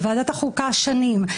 בוועדת החוקה שנים,